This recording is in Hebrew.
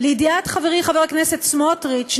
לידיעת חברי חבר הכנסת סמוטריץ,